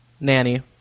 nanny